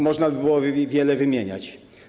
Można by było wiele wymieniać.